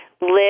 live